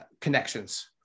Connections